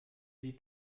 sie